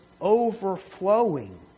overflowing